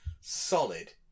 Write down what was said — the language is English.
Solid